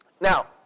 Now